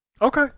Okay